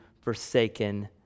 forsaken